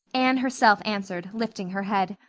anne herself answered, lifting her head.